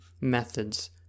methods